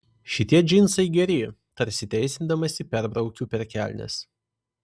šitie džinsai geri tarsi teisindamasi perbraukiu per kelnes